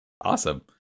awesome